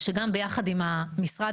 שגם ביחד עם המשרד,